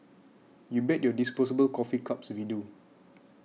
you bet your disposable coffee cups we do